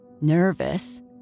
Nervous